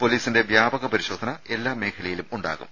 പൊലീസിന്റെ വ്യാപക പരിശോധന എല്ലാ മേഖലയിലും ഉണ്ടാവും